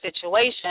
situation